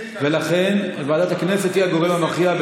ולכן ועדת הכנסת היא הגורם המכריע,